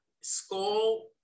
school